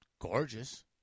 gorgeous